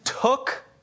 took